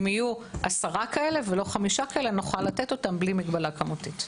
אם יהיו עשרה כאלה ולא חמישה נוכל לתת אותם בלי מגבלה כמותית.